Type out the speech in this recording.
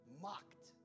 Mocked